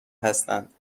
هستند